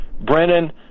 Brennan